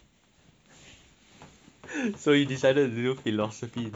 so you decided to do philosophy instead !wah! respect eh